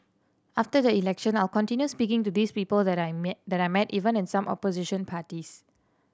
after the election I'll continue speaking to these people that I met that I met even in some opposition parties